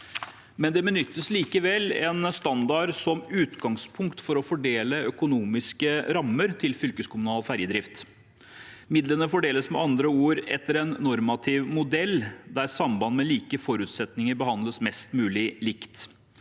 men det benyttes likevel en standard som utgangspunkt for å fordele økonomiske rammer til fylkeskommunal ferjedrift. Midlene fordeles med andre ord etter en normativ modell der samband med like forutsetninger behandles mest mulig likt.